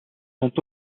sont